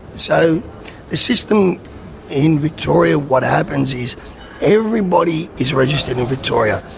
so the system in victoria, what happens is everybody is registered in victoria.